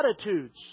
attitudes